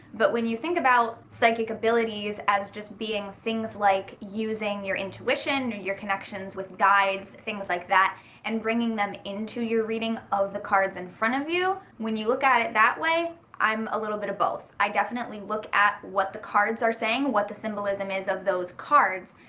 but when you think about psychic abilities as just being things like using your intuition your connections with guides things like that and bringing them into your reading of the cards in front of you. when you look at it that way i'm a little bit of both. i definitely look at what the cards are saying. what the symbolism is of those cards,